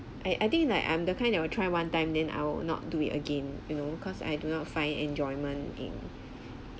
I I think like I'm the kind that will try one time then I will not do it again you know cause I do not find enjoyment in